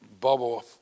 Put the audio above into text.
bubble